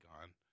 gone